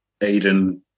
Aiden